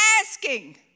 asking